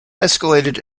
escalated